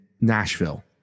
Nashville